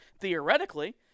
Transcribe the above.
theoretically